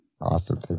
Awesome